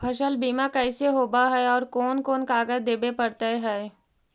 फसल बिमा कैसे होब है और कोन कोन कागज देबे पड़तै है?